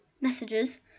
messages